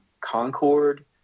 Concord